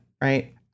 Right